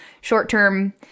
short-term